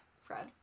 Fred